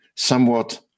somewhat